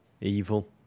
Evil